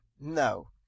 No